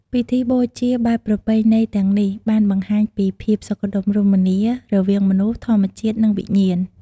ពិធីបូជាបែបប្រពៃណីទាំងនេះបានបង្ហាញពី ភាពសុខដុមរមនា រវាងមនុស្ស ធម្មជាតិ និងវិញ្ញាណ។